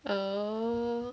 oh